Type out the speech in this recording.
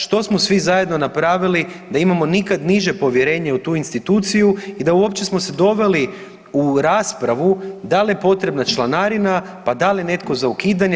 Što smo svi zajedno napravili da imamo nikad niže povjerenje u tu instituciju i da uopće smo se doveli u raspravu da li je potrebna članarina, pa da li je netko za ukidanje.